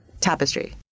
tapestry